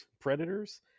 predators